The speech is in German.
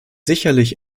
sicherlich